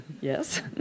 Yes